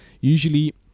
Usually